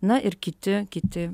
na ir kiti kiti